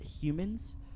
humans